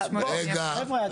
חבר'ה,